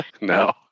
No